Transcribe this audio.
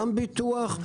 גם ביטוח,